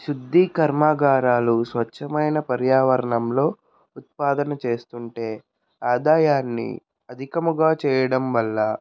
శుద్ధి కర్మాగారాలు స్వచ్ఛమైన పర్యావరణంలో ఉత్పాదన చేస్తుంటే ఆదాయాన్ని అధికముగా చేయడం వల్ల